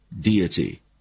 deity